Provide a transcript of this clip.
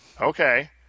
Okay